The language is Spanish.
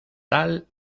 tal